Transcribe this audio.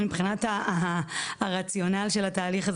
הן מבחינת הרציונל של התהליך,